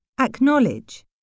Acknowledge